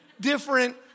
different